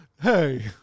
hey